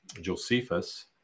Josephus